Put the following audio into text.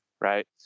Right